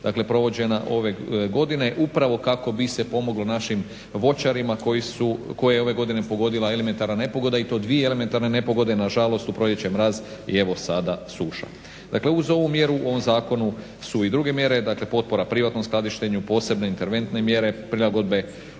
je već provođena ove godine, upravo kako bi se pomoglo našim voćarima koji su, koje je ove godine pogodila elementarna nepogoda, i to dvije elementarne nepogode, nažalost, u proljeće mraz i evo sada suša. Dakle, uz ovu mjeru u ovom zakonu su i druge mjere, dakle potpora privatnom skladištenju, posebne interventne mjere, prilagodba